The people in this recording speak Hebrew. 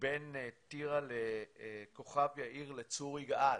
בין טירה לכוכב יאיר לצור יגאל.